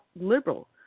liberal